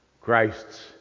Christ's